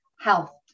health